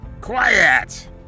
Quiet